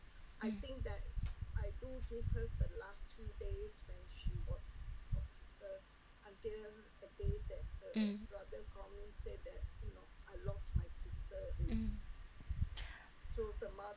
mm mm mm